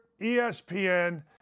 ESPN